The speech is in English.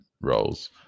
roles